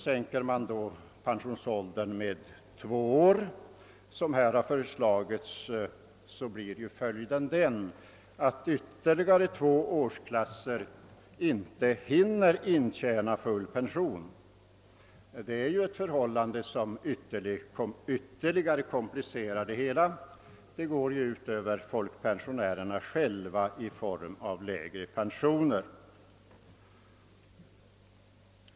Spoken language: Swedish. Sänker man pensionsåldern med två år, som här har föreslagits, blir följden den att ytterligare två årsklasser inte hinner intjäna full pension. Det är ett förhållande som också komplicerar det hela. Det går ut över folkpensionärerna själva i form av lägre pensioner.